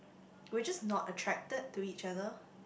we're just not attracted to each other